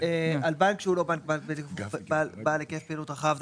על בנק שהוא לא בנק בעל היקף פעילות רחב,